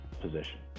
position